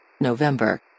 November